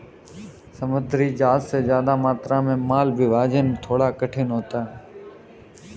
समुद्री जहाज से ज्यादा मात्रा में माल भिजवाना थोड़ा कठिन होता है